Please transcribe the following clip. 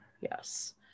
Yes